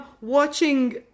watching